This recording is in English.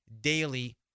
daily